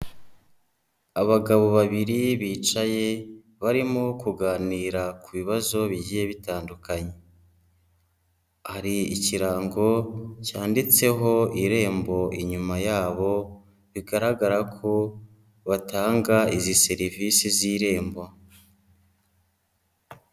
Abagabo babiri bicaye barimo kuganira ku bibazo bigiye bitandukanye, hari ikirango cyanditseho Irembo inyuma yabo, bigaragara ko batanga izi serivisi z'Irembo.